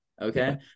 Okay